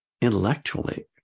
intellectually